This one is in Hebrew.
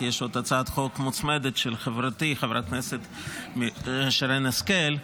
כי יש עוד הצעת חוק מוצמדת של חברתי חברת הכנסת שרן השכל.